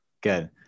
good